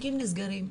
התיקים נסגרים,